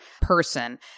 person